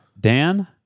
Dan